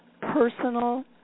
personal